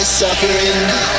suffering